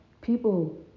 people